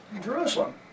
Jerusalem